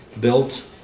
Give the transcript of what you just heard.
built